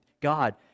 God